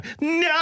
no